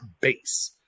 base